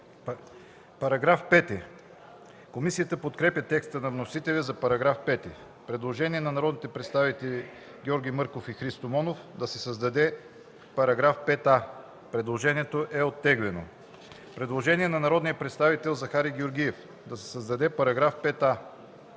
МОНОВ: Комисията подкрепя текста на вносителя за § 5. Предложение на народните представители Георги Мърков и Христо Монов – да се създаде § 5а. Предложението е оттеглено. Предложение на народния представител Захари Георгиев: „Да се създаде § 5а: „§ 5а.